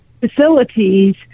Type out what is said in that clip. facilities